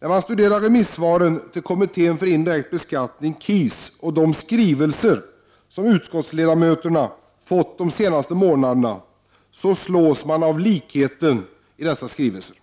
När jag studerar remissvaren i betänkandet från kommittén för indirekt beskattning, KIS, och de skrivelser som utskottsledamöterna fått de senaste månaderna slås jag av likheten i dessa skrivelser.